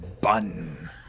Bun